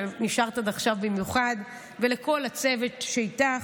שנשארת עד עכשיו במיוחד, ולכל הצוות שאיתך.